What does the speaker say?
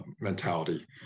mentality